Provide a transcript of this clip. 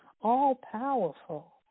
all-powerful